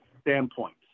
standpoints